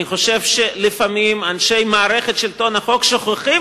אני חושב שלפעמים אנשי מערכת שלטון החוק שוכחים